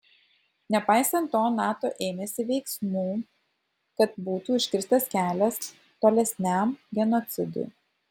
nepaisant to nato ėmėsi veiksmų kad būtų užkirstas kelias tolesniam genocidui